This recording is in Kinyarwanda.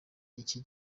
iki